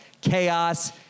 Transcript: Chaos